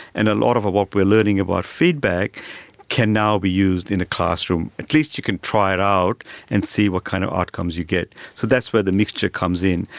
and a lot of what we are learning about feedback can now be used in a classroom. at least you can try it out and see what kind of outcomes you get. so that's where the mixture comes in.